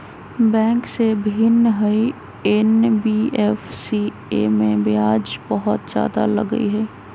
Bank से भिन्न हई एन.बी.एफ.सी इमे ब्याज बहुत ज्यादा लगहई?